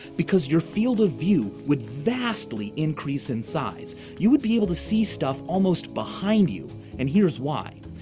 because your field of view would vastly increase in size. you would be able to see stuff almost behind you. and here's why.